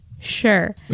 sure